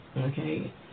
okay